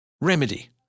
Remedy